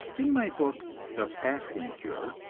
in my book, the fasting cure,